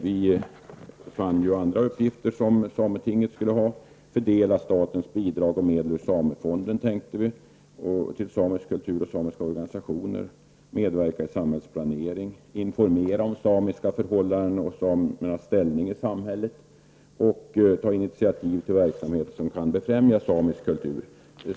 Vi har funnit också andra uppgifter som sametinget skulle kunna ha: att fördela statens bidrag och medel genom en samefond till samisk kultur och samiska organisationer, medverka till samhällsplanering, informera om samiska förhållanden och samernas ställning i samhället, ta initiativ till verksamhet som kan befrämja samisk kultur.